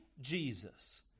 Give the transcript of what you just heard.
Jesus